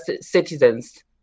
citizens